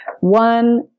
one